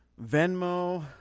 Venmo